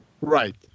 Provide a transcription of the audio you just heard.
right